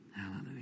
Hallelujah